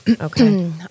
Okay